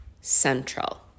Central